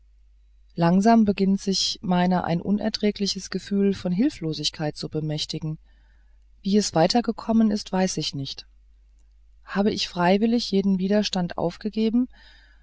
langsam beginnt sich meiner ein unerträgliches gefühl von hilflosigkeit zu bemächtigen wie es weiter gekommen ist weiß ich nicht habe ich freiwillig jeden widerstand aufgegeben